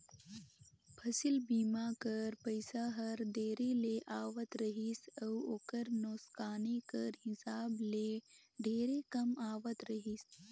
फसिल बीमा कर पइसा हर देरी ले आवत रहिस अउ ओकर नोसकानी कर हिसाब ले ढेरे कम आवत रहिस